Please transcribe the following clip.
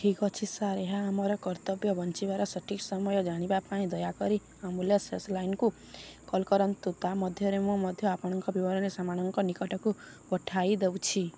ଠିକ୍ ଅଛି ସାର୍ ଏହା ଆମର କର୍ତ୍ତବ୍ୟ ବଞ୍ଚିବାର ସଠିକ୍ ସମୟ ଜାଣିବା ପାଇଁ ଦୟାକରି ଆମ୍ବୁଲାନ୍ସ ହେସ୍ ଲାଇନକୁ କଲ୍ କରନ୍ତୁ ତା' ମଧ୍ୟରେ ମୁଁ ମଧ୍ୟ ଆପଣଙ୍କର ବିବରଣୀ ସେମାନଙ୍କ ନିକଟକୁ ପଠାଇ ଦେଉଛି